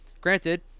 Granted